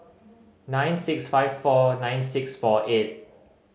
nine six five four nine six four eight